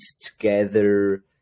together